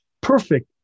perfect